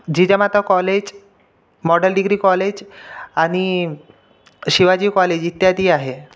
Jijamata college model degree college आणि Shivaji college इत्यादी आहे